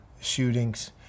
shootings